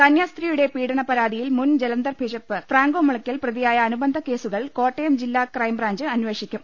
കന്യാസ്ത്രീയുടെ പീഡന പരാതിയിൽ മുൻ ജലന്ധർ ബിഷപ്പ് ഫ്രാങ്കോ മുളയ്ക്കൽ പ്രതിയായ അനുബന്ധ കേസുകൾ കോട്ടയം ജില്ലാ ക്രൈം പ്രബ്രാഞ്ച് അന്വേഷിക്കും